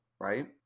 right